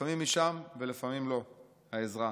לפעמים היא שם, ולפעמים לא, העזרה.